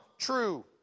true